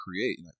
create